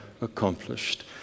accomplished